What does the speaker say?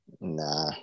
Nah